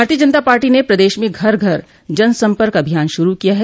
भारतीय जनता पार्टी ने प्रदेश में घर घर जनसम्पर्क अभियान शुरू किया है